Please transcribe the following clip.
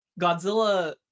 Godzilla